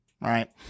right